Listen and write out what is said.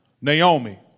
Naomi